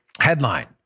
Headline